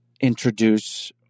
introduce